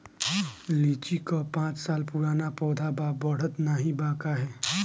लीची क पांच साल पुराना पौधा बा बढ़त नाहीं बा काहे?